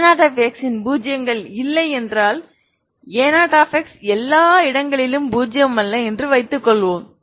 a0x இன் பூஜ்ஜியங்கள் இல்லை என்றால் a0x எல்லா இடங்களிலும் பூஜ்ஜியம் அல்ல என்று வைத்துக்கொள்வோம்